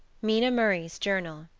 mina murray's journal.